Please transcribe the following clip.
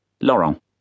Laurent